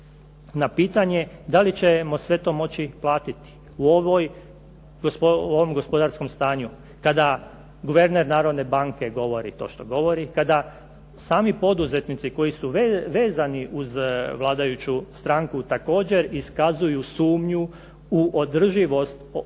na pitanje da li ćemo sve to moći platiti u ovom gospodarskom stanju kada guverner Narodne banke govori to što govori, kada sami poduzetnici koji su vezani uz vladajuću stranku također iskazuju sumnju u održivost tolikih